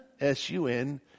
S-U-N